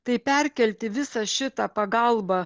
tai perkelti visą šitą pagalbą